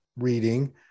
Reading